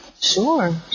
Sure